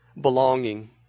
belonging